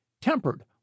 tempered